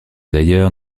d’ailleurs